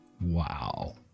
Wow